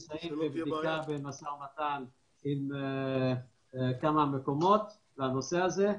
כרגע נמצאים בבדיקה ובמשא ומתן עם כמה מקומות לנושא הזה.